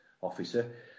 officer